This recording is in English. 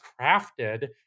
crafted